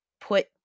put